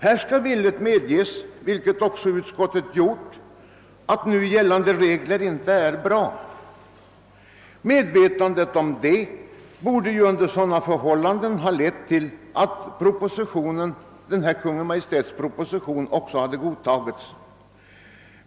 Det skall villigt medges, som utskottet också gjort, att nu gällande regler inte är bra. Med vetandet härom borde under sådana förhållanden ha lett till att propositionen också tillstyrkts.